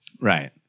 Right